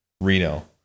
Reno